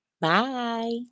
Bye